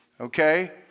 Okay